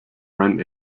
rent